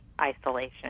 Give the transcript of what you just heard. isolation